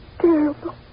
terrible